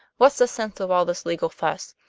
what's the sense of all this legal fuss?